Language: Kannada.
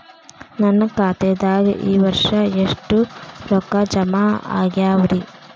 ನನ್ನ ಖಾತೆದಾಗ ಈ ವರ್ಷ ಎಷ್ಟು ರೊಕ್ಕ ಜಮಾ ಆಗ್ಯಾವರಿ?